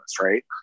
right